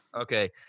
Okay